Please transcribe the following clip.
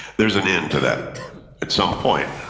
there's an end to that at some point.